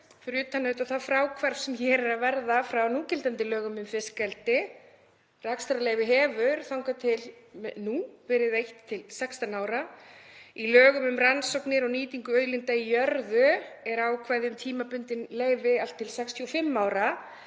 fyrir utan auðvitað það fráhvarf sem hér er að verða frá núgildandi lögum um fiskeldi, eru að rekstrarleyfið hefur þangað til nú verið veitt til 16 ára og í lögum um rannsóknir og nýtingu auðlinda í jörðu er ákvæði um tímabundin leyfi til allt að 65 ára.